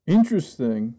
Interesting